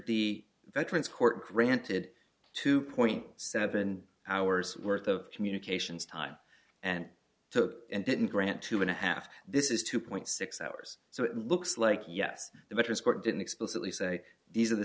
the veterans court granted two point seven hours worth of communications time and took and didn't grant two and a half this is two point six hours so it looks like yes the veterans court didn't explicitly say these are the